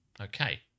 okay